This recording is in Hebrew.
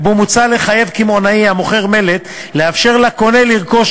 ובו מוצע לחייב קמעונאי המוכר מלט לאפשר לקונה לרכוש